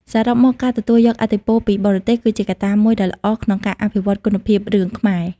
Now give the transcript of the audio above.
សរុបមក ការទទួលយកឥទ្ធិពលពីបរទេស គឺជាកត្តាមួយដ៏ល្អក្នុងការអភិវឌ្ឍគុណភាពរឿងខ្មែរ។